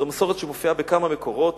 זו מסורת שמופיעה בכמה מקורות,